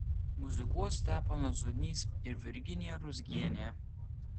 muzikuos steponas zonys ir virginija ruzgienė